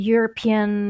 European